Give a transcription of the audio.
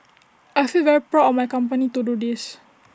I feel very proud of my company to do this